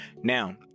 now